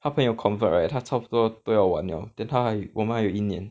他朋友 convert right 他差不多都要完了 then 他还我们还有一年